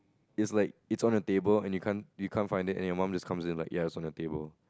is like is on the table and you can't you can't find it and your mum is comes in like ya it's on the table